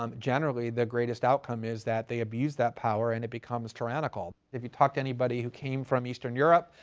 um generally the greatest outcome is that they abuse that power and it becomes tyrannical. if you talk to anybody who came from eastern europe,